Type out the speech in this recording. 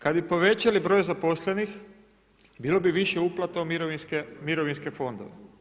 Kada bi povećali broj zaposlenih, bilo bi više uplata u mirovinske fondove.